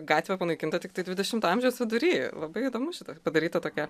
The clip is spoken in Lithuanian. gatvė panaikinta tiktai dvidešimto amžiaus vidury labai įdomu šitas padaryta tokia